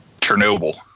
Chernobyl